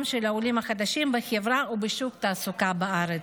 של העולים החדשים בחברה ובשוק התעסוקה בארץ.